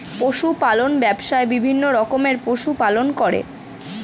পশু পালন ব্যবসায়ে বিভিন্ন রকমের পশু পালন করে